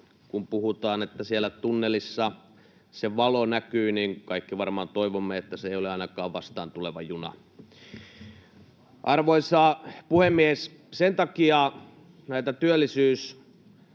Kun puhutaan, että siellä tunnelissa se valo näkyy, niin kaikki varmaan toivomme, että se ei ole ainakaan vastaan tuleva juna. Arvoisa puhemies! Sen takia tätä työllisyystilannetta